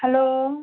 hello